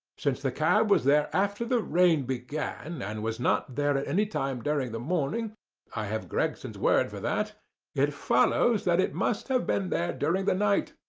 since the cab was there after the rain began, and was not there at any time during the morning i have gregson's word for that it follows that it must have been there during the night,